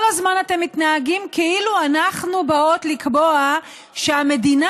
כל הזמן אתם מתנהגים כאילו אנחנו באות לקבוע שהמדינה